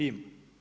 Ima.